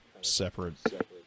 separate